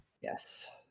Yes